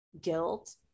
guilt